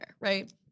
right